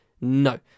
No